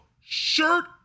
shirt